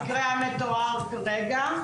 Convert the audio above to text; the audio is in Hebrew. אני לא מכירה את המקרה המתואר כרגע.